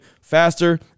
faster